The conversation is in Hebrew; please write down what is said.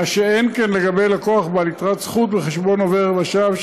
מה שאין כן לגבי לקוח בעל יתרת זכות בחשבון עובר-ושב,